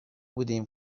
بودیم